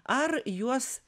ar juos